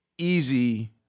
Easy